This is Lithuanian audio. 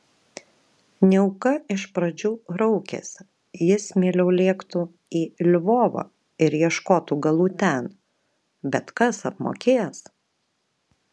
niauka iš pradžių raukėsi jis mieliau lėktų į lvovą ir ieškotų galų ten bet kas apmokės